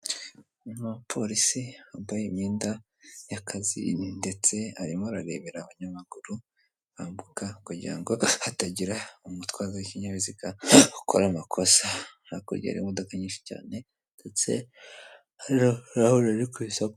Umupolisi wambaye imyenda y'akazi, ndetse arimo arareberera abanyamaguru bambuka kugira ngo hatagira umutwazi w'ikinyabiziga ukora amakosa, hakurya hari imodoka nyinshi cyane, ndetse hari n'abantu bari ku isoko.